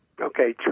Okay